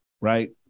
right